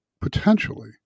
potentially